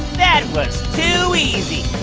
that was too easy